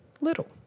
little